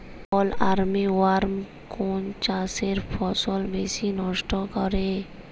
ফল armyworm কোন চাষের ফসল বেশি নষ্ট করে?